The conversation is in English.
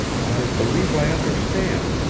i believe i understand,